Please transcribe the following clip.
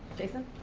jason?